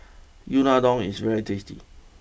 Unadon is very tasty